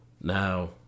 Now